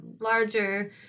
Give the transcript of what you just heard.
larger